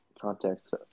context